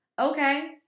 okay